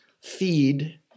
feed